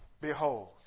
behold